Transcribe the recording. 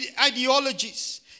ideologies